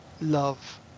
love